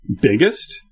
biggest